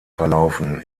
verlaufen